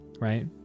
right